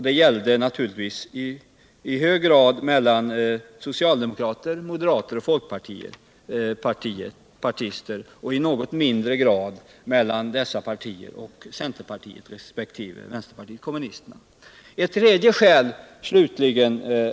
Det gällde naturligtvis i hög grad mellan socialdemokrater, moderater och folkpartister. och i något mindre grad mellan dessa partier och centerpartiet resp. vänsterpartiet kommunisterna. Ett tredje skäl slutligen.